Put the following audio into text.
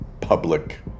public